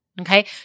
Okay